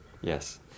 yes